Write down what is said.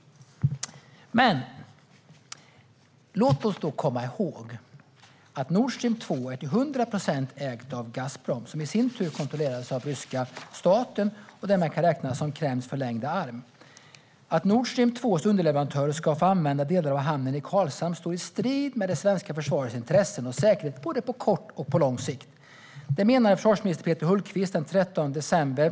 Låt oss komma ihåg att Nord Stream 2 ägs till 100 procent av Gazprom, som i sin tur kontrolleras av ryska staten och därmed kan räknas som Kremls förlängda arm. Att Nord Stream 2:s underleverantörer ska få använda delar av hamnen i Karlshamn står i strid med det svenska försvarets intressen och säkerhet på både kort och lång sikt. Detta menar försvarsminister Peter Hultqvist den 13 december.